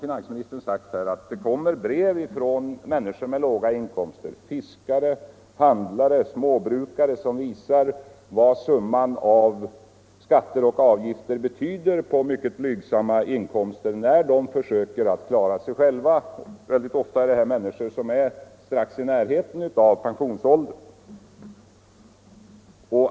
Finansministern har själv sagt att det kommer brev från människor med låga inkomster — fiskare, handlare, småbrukare — som visar vad summan av skatter och avgifter betyder på mycket blygsamma inkomster när dessa människor försöker klara sig själva. Väldigt ofta rör det sig om människor som är strax i närheten av pensionsåldern.